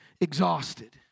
exhausted